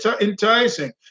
enticing